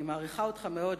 אני מעריכה אותך מאוד,